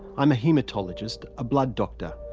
i'm a haematologist, a blood doctor,